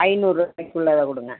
ஐநூறுவாயிக்கு உள்ளதா கொடுங்க